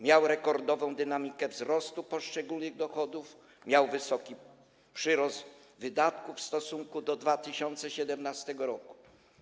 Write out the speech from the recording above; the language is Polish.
Miał rekordową dynamikę wzrostu poszczególnych dochodów, miał wysoki przyrost wydatków w stosunku do 2017 r.